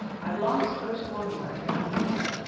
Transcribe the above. i glanced first one way, then the other.